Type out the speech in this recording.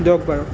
দিয়ক বাৰু